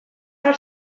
nor